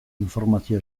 informazio